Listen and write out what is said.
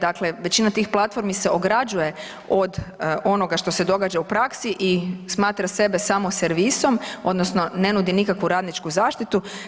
Dakle, većina tih platformi se ograđuje od onoga što se događa u praksi i smatra sebe samo servisom, odnosno ne nudi nikakvu radničku zaštitu.